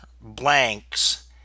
blanks